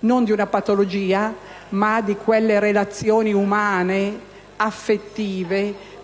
non di una patologia, ma di quelle relazioni umane, affettive,